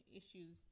issues